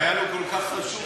וזה היה לו כל כך חשוב.